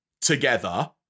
together